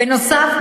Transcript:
בנוסף,